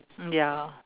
mm ya